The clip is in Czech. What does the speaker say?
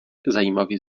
zajímavý